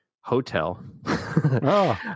hotel